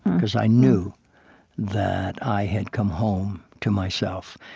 because i knew that i had come home to myself.